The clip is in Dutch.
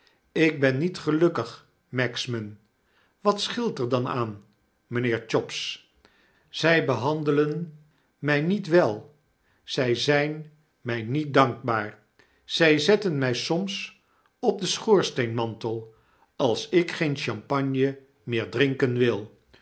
ik ben niet gelukkig magsman wat scheelt er dan aan mijnheer chops zij behandelen my niet wel zy zyn mij niet dankbaar ze zetten my soms op den schoorsteenmantel als ik geen champagne meer drinken wil